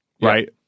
right